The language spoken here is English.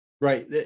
Right